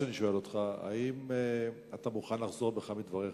האם אתה מוכן לחזור בך מדבריך?